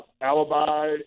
Alibi